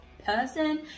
person